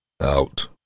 out